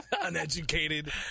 Uneducated